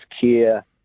care